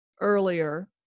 earlier